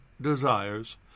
desires